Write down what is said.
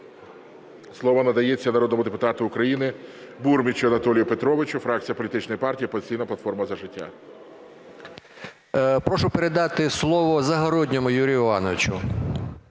Слово надається народному депутату України Бурмічу Анатолію Петровичу, фракція політичної партії "Опозиційна платформа – За життя". 11:50:55 БУРМІЧ А.П. Прошу передати слово Загородньому Юрію Івановичу.